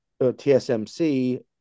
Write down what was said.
tsmc